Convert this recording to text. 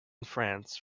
france